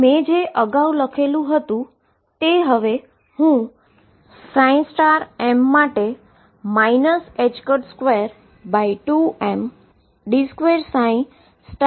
તો જે મે અગાઉ લખેલુ હતુ તે હવે હું m માટે 22md2mdx2VxmEmm સમીકરણ લખું છું